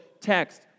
text